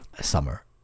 Summer